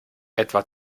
etwa